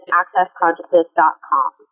accessconsciousness.com